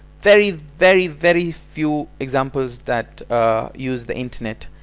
very very very few examples that use the internet!